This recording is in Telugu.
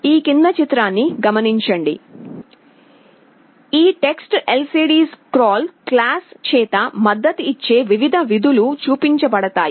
ఈ TextLCDScroll క్లాస్ చేత మద్దతిచ్చే వివిధ విధులు చూపించబడతాయి